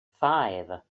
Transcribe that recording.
five